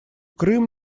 крым